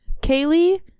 kaylee